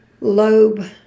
lobe